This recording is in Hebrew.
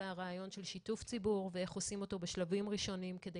כל הרעיון של שיתוף ציבור ואיך עושים אותו בשלבים ראשוניים כדי